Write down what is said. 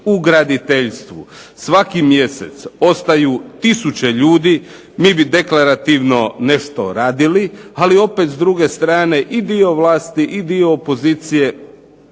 u graditeljstvu, svaki mjesec ostaju tisuće ljudi, mi bi deklarativno nešto radili, ali opet s druge strane i dio vlasti i dio opozicije